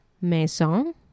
maison